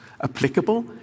applicable